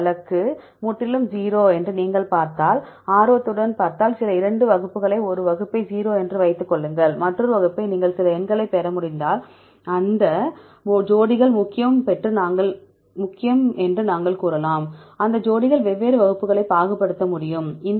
மற்ற வழக்கு முற்றிலும் 0 என நீங்கள் பார்த்தால் ஆர்வத்துடன் பார்த்தால் சில 2 வகுப்புகளை ஒரு வகுப்பை 0 என்று வைத்துக் கொள்ளுங்கள் மற்றொரு வகுப்பை நீங்கள் சில எண்களைப் பெற முடிந்தால் அந்த ஜோடிகள் முக்கியம் என்று நாங்கள் கூறலாம் அந்த ஜோடிகள் வெவ்வேறு வகுப்புகளை பாகுபடுத்த முடியும்